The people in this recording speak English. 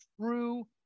true